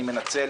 אני מנצל